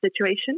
situation